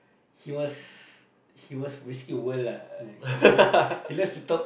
he was he was basically world lah he he likes to talk